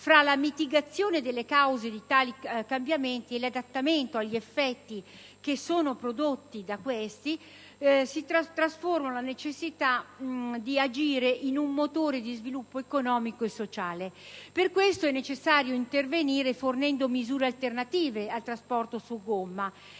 fra la mitigazione delle cause di tali cambiamenti e l'adattamento agli effetti da essi prodotti, trasformando la necessità di agire in un motore di sviluppo economico e sociale. Per questo è necessario intervenire favorendo misure alternative al trasporto su gomma.